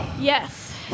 Yes